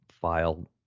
file